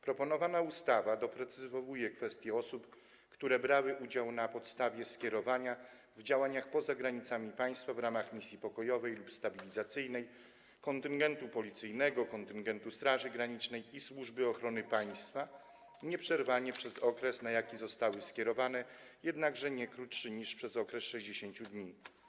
Proponowana ustawa doprecyzowuje kwestię osób, które brały udział, na podstawie skierowania, w działaniach poza granicami państwa w ramach misji pokojowej lub stabilizacyjnej, kontyngentu policyjnego, kontyngentu Straży Granicznej i zadań Służby Ochrony Państwa nieprzerwanie przez okres, na jaki zostały skierowane, jednakże nie krócej niż przez okres 60 dni.